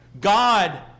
God